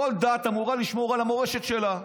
כל דת אמורה לשמור על המורשת שלה.